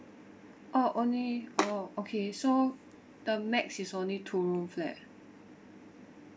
oh only oh okay so the max is only two room flat